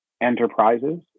enterprises